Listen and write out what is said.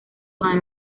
ganó